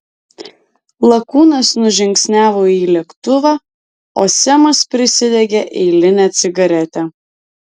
lakūnas nužingsniavo į lėktuvą o semas prisidegė eilinę cigaretę